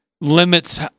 limits